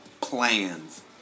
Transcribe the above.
plans